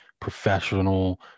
professional